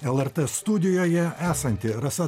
lrt studijoje esanti rasa